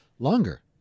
Longer